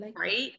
right